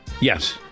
Yes